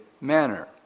manner